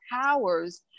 powers